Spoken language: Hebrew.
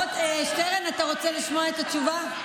שטרן, אתה רוצה לשמוע את התשובה?